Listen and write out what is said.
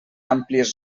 àmplies